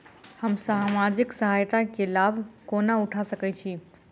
हम सामाजिक सहायता केँ लाभ कोना उठा सकै छी?